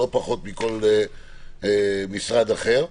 לא פחות מכל משרד אחר.